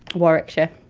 warwickshire.